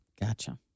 Gotcha